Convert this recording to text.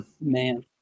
man